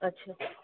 अच्छा